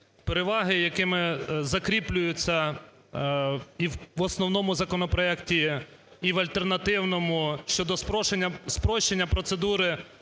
Переваги, якими закріплюються і в основному законопроекті, і в альтернативному щодо спрощення процедури